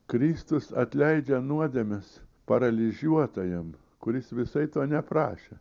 kristus atleidžia nuodėmes paralyžiuotajam kuris visai to neprašė